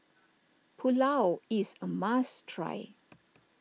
Pulao is a must try